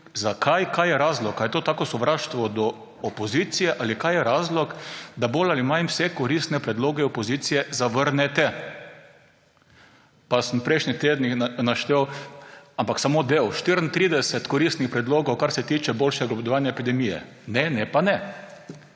zakaj, kaj je razlog, ali je to tako sovraštvo do opozicije ali kaj je razlog, da bolj ali manj vse koristne predloge opozicije zavrnete? Pa sem prejšnji teden naštel, ampak samo del, 34 koristnih predlogov, kar se tiče boljšega obvladovanja epidemije. Ne, ne pa ne.